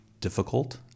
difficult